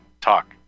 talk